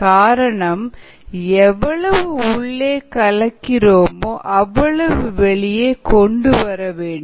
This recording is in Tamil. காரணம் எவ்வளவு உள்ளே கலக்கி ரோமோ அவ்வளவு வெளியே கொண்டு வர வேண்டும்